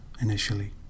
initially